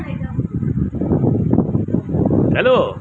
hello